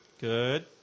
Good